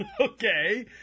Okay